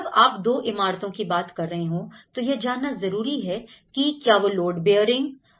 जब आप दो इमारतों की बात कर रहे हो तो यह जानना जरूरी है कि क्या वो लोड बीयरिंग स्ट्रक्चर है